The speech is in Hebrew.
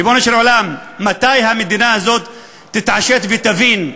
ריבונו של עולם, מתי המדינה הזאת תתעשת ותבין?